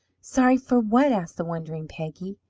sorry for what? asked the wondering peggy.